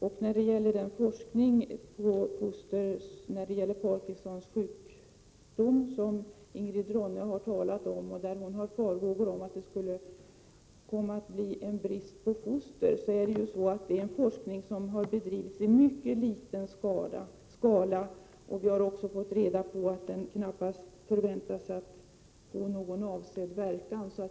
Ingrid Ronne-Björkqvist talade om forskningen på foster i fråga om Parkinsons sjukdom och hade farhågor om att det skulle bli brist på foster. Jag vill säga: Den forskningen har bedrivits i mycket liten skala, och vi har också fått reda på att den knappast förväntas få avsedd verkan.